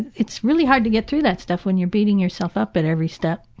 it's really hard to get through that stuff when you're beating yourself up at every step.